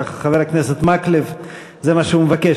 כך חבר הכנסת מקלב, זה מה שהוא מבקש.